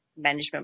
management